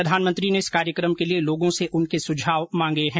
प्रधानमंत्री ने इस कार्यक्रम के लिए लोगों से उनके सुझाव मांगे हैं